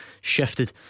shifted